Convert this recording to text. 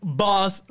boss